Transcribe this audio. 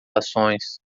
ações